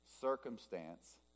circumstance